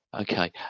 Okay